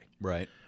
Right